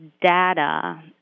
data